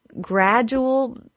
gradual